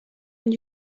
and